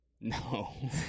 No